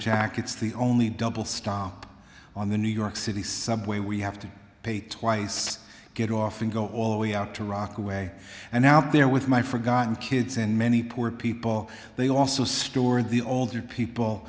jack it's the only double stop on the new york city subway we have to pay twice get off and go all the way out to rockaway and out there with my forgotten kids and many poor people they also stored the older people